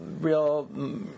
real